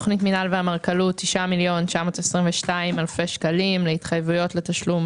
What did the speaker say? תוכנית מינהל ואמרכלות 9,922,000 שקלים להתחייבויות לתשלום